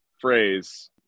phrase